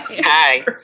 hi